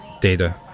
data